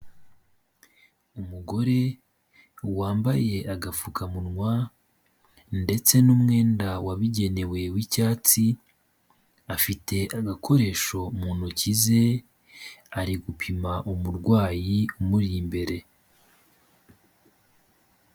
Umugore wambaye agapfukamunwa ndetse n'umwenda wabigenewe w'icyatsi, afite agakoresho mu ntoki ze, ari gupima umurwayi umuri imbere.